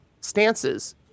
stances